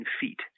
feet